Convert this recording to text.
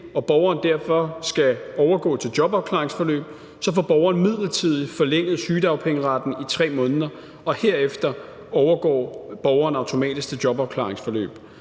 og borgeren derfor skal overgå til jobafklaringsforløb, får borgeren midlertidigt forlænget sygedagpengeretten i 3 måneder, og herefter overgår borgeren automatisk til jobafklaringsforløb.